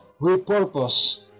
repurpose